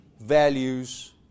values